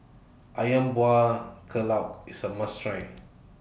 Ayam Buah Keluak IS A must Try